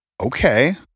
okay